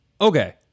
okay